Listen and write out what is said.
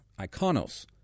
Iconos